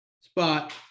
Spot